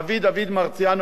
אבי דוד מרציאנו,